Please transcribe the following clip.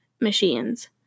machines